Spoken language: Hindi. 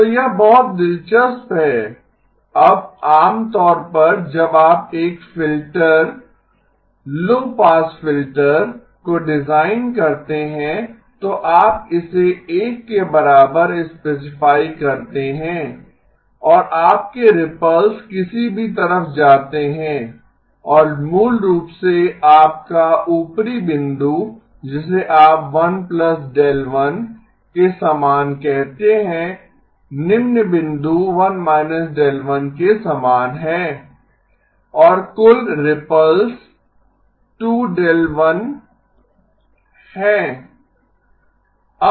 तो यह बहुत दिलचस्प है अब आम तौर पर जब आप एक फ़िल्टर लो पास फ़िल्टर को डिज़ाइन करते हैं तो आप इसे 1 के बराबर स्पेसिफाई करतें हैं और आपके रिपल्स किसी भी तरफ जाते हैं और मूल रूप से आपका ऊपरी बिंदु जिसे आप 1δ1 के समान कहते हैं निम्न बिंदु 1 δ1 के समान है और कुल रिपल 2δ1 हैं